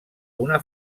una